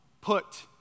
put